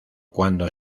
cuando